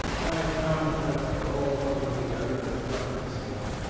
i found drebber all huddled together in a drunken sleep.